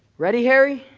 ready harry?